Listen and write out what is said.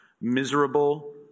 miserable